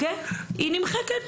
נמחק.